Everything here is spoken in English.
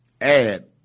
add